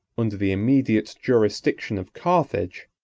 under the immediate jurisdiction of carthage,